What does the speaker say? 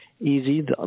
easy